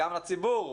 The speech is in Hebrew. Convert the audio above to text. גם לציבור,